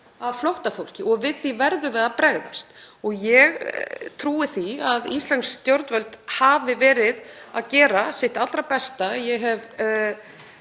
af flóttafólki og við því verðum við að bregðast. Ég trúi því að íslensk stjórnvöld hafi verið að gera sitt allra besta. Ég hef